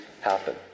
happen